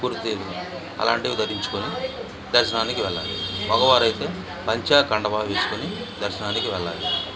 కుర్తీలు అలాంటివి ధరించుకొని దర్శనానికి వెళ్ళాలి మగవారైతే పంచా కండువా వేసుకొని దర్శనానికి వెళ్ళాలి